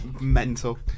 mental